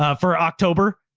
ah for october.